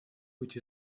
which